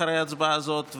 אחרי ההצבעה הזאת,